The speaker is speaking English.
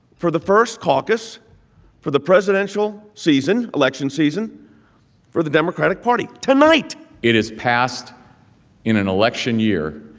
for the first caucus for the presidential season election season for the democratic party tonight it is passed in an election year,